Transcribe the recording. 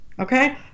Okay